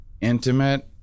intimate